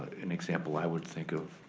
an example, i would think of,